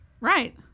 Right